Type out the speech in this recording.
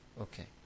Okay